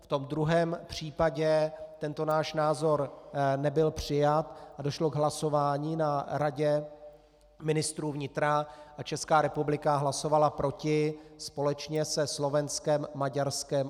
V tom druhém případě tento náš názor nebyl přijat a došlo k hlasování na Radě ministrů vnitra a Česká republika hlasovala proti, společně se Slovenskem, Maďarskem a Rumunskem.